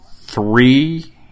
three